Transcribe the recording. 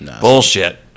Bullshit